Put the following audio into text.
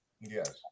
Yes